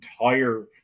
entire